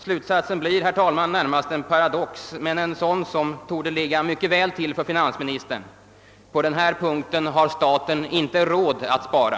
Slutsatsen blir, herr talman, närmast en paradox men en sådan som torde ligga mycket väl till för finansministern: på denna punkt har staten inte råd att spara.